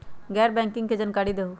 गैर बैंकिंग के जानकारी दिहूँ?